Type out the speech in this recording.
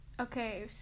Okay